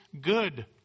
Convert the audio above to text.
good